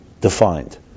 defined